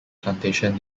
plantation